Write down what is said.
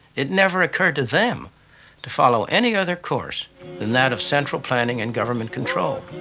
it never occurred to them to follow any other course than that of central planning and government control.